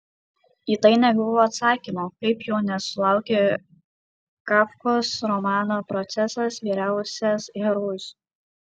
į tai negavau atsakymo kaip jo nesulaukė kafkos romano procesas vyriausias herojus